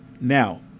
now